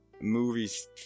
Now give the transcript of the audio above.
Movies